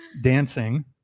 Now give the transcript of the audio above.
dancing